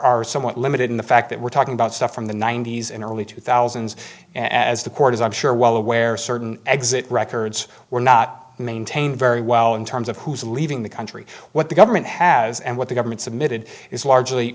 somewhat limited in the fact that we're talking about stuff from the ninety's in early two thousand the court as i'm sure well aware certain exit records were not maintained very well in terms of who's leaving the country what the government has and what the government submitted is largely